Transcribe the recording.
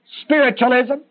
spiritualism